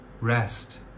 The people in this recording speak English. rest